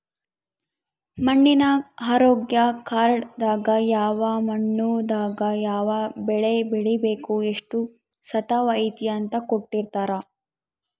ಮಣ್ಣಿನ ಆರೋಗ್ಯ ಕಾರ್ಡ್ ದಾಗ ಯಾವ ಮಣ್ಣು ದಾಗ ಯಾವ ಬೆಳೆ ಬೆಳಿಬೆಕು ಎಷ್ಟು ಸತುವ್ ಐತಿ ಅಂತ ಕೋಟ್ಟಿರ್ತಾರಾ